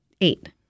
Eight